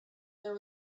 there